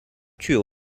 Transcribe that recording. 具有